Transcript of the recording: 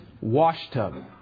washtub